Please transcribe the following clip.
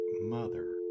mother